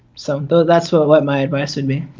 so so that's what what my advise would be.